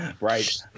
Right